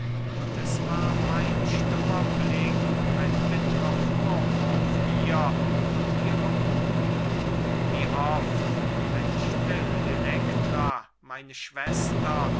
und es war mein stummer blick ein bittrer vorwurf ihr und ihrem buhlen wie oft wenn still elektra meine schwester